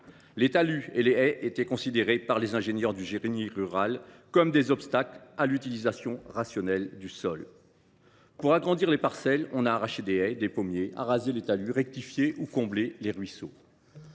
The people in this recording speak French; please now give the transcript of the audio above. Les talus et les haies étaient considérés par les ingénieurs du génie rural comme des obstacles à l’utilisation rationnelle du sol. Pour agrandir les parcelles, on a arraché les haies, les pommiers, arasé les talus, rectifié ou comblé les ruisseaux.